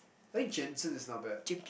I think Jensen is not bad